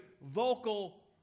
vocal